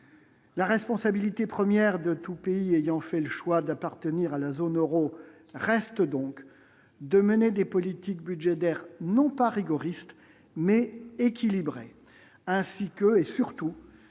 la responsabilité première de tout pays ayant fait le choix d'appartenir à la zone Euro reste donc de mener des politiques budgétaires non pas rigoriste mais équilibré ainsi que et surtout